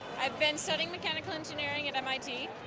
i've been studying mechanical engineering at mit.